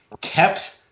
kept